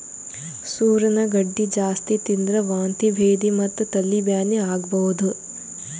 ಸೂರಣ ಗಡ್ಡಿ ಜಾಸ್ತಿ ತಿಂದ್ರ್ ವಾಂತಿ ಭೇದಿ ಮತ್ತ್ ತಲಿ ಬ್ಯಾನಿ ಆಗಬಹುದ್